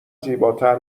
زیباتر